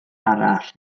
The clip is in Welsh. arall